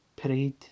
parade